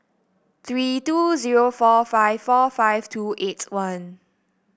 three two zero four five four five two eight one